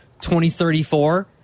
2034